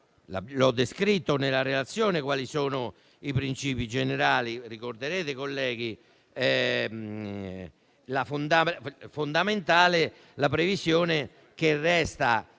Ho descritto nella relazione quali sono questi princìpi generali. Ricorderete, colleghi, che fondamentale è la previsione che resta